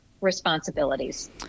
responsibilities